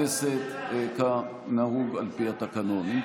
כנהוג על פי התקנון.